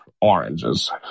oranges